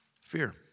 fear